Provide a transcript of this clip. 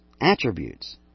attributes